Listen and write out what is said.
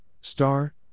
Star